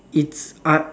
it's un~